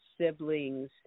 siblings